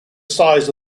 size